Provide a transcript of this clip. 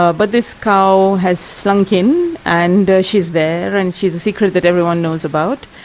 ah but this cow has slunk in and she's there, and she's a secret that everyone knows about,